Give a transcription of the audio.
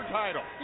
title